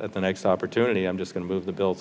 at the next opportunity i'm just going to move the bill